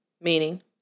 Meaning